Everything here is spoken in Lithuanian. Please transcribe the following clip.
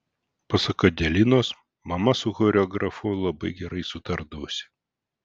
pasak adelinos mama su choreografu labai gerai sutardavusi